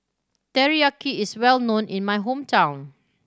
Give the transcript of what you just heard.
teriyaki is well known in my hometown